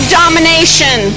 domination